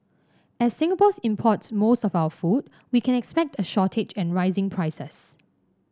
as Singapore import's most of our food we can expect a shortage and rising prices